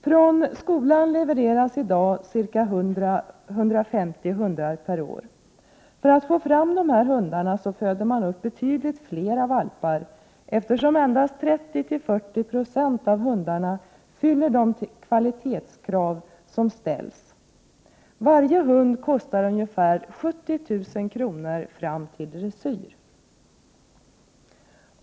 Från skolan levereras i dag ca 150 hundar per år. För att få fram dessa hundar föder man upp betydligt fler valpar, eftersom endast 30-40 96 av hundarna fyller de kvalitetskrav som ställs. Varje hund kostar ungefär 70 000 kr. fram till dressyr.